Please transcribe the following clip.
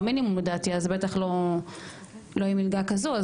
מינימום לדעתי אז בטח לא עם מלגה כזו,